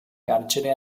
carcere